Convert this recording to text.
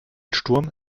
sturm